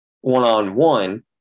one-on-one